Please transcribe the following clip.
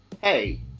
hey